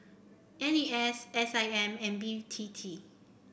N A S S I M and B T T